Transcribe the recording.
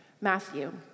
Matthew